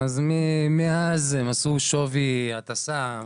מאז הם עשו שווי הטסה.